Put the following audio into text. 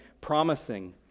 promising